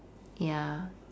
ya